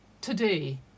today